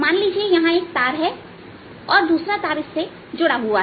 मान लीजिए यहां एक तार है और दूसरा तार इससे जुड़ा हुआ है